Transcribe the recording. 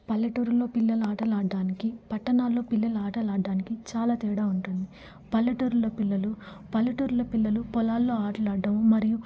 పల్లెటూరులో పిల్లలాటలాడ్డానికి పట్టణాల్లో పిల్లలాటలాడ్డానికి చాలా తేడా ఉంటుంది పల్లెటూరుల్లో పిల్లలు పల్లెటూరుల్లో పిల్లలు పొలాల్లో ఆటలాడ్డం మరియు